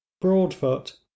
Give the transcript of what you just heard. broadfoot